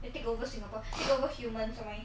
they take over singapore take over humans not meh